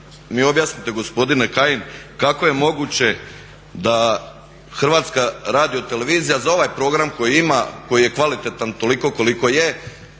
mi objasnite gospodine Kajin kako je moguće da HRT za ovaj program koji ima, koji je kvalitetan toliko koliko je,